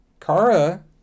Kara